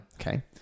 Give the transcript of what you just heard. Okay